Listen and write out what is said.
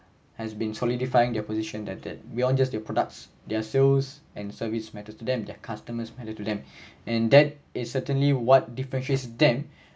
has been solidifying their position that that we aren't just the products their sales and service matters to them their customers matter to them and that is certainly what differentiates them